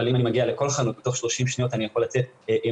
אבל אם אני מגיע לכל חנות ותוך 30 שניות לצאת עם